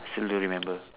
still don't remember